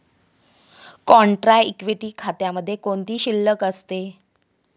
Contra equity खात्यामध्ये कोणती शिल्लक असते?